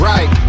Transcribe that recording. Right